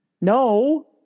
No